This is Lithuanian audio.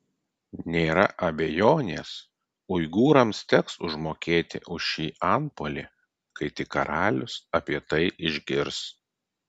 nėra abejonės uigūrams teks užmokėti už šį antpuolį kai tik karalius apie tai išgirs